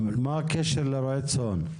מה הקשר לרועה צאן?